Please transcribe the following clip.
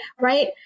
right